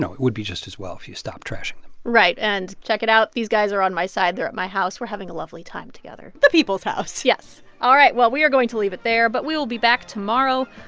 so it would be just as well if you stop trashing them right, and check it out. these guys are on my side. they're at my house. we're having a lovely time together the people's house yes. all right, well, we are going to leave it there, but we will be back tomorrow.